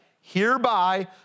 Hereby